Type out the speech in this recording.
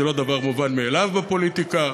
זה לא דבר מובן מאליו בפוליטיקה.